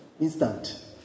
instant